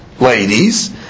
ladies